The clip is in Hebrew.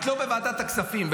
את לא בוועדת הכספים,